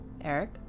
Eric